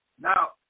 Now